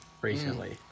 recently